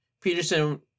Peterson